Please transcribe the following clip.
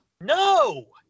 No